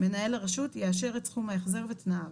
מנהל הרשות יאשר את סכום ההחזר ותנאיו.